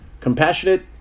compassionate